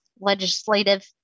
legislative